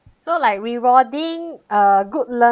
so like rewarding a good